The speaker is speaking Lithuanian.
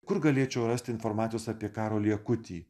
kur galėčiau rasti informacijos apie karolį akutį